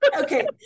Okay